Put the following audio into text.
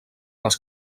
les